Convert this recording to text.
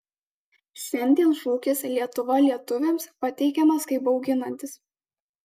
šiandien šūkis lietuva lietuviams pateikiamas kaip bauginantis